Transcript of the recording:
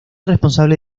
responsable